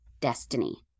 destiny